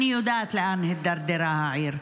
אני יודעת לאן הידרדרה העיר.